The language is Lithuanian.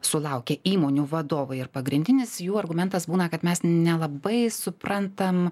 sulaukę įmonių vadovai ir pagrindinis jų argumentas būna kad mes nelabai suprantam